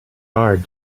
hard